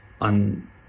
on